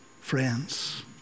friends